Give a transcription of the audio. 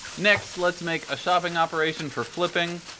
next, let's make shopping operation for flipping